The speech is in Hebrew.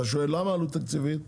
עלות תקציבית,